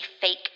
fake